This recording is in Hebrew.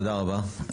תודה רבה.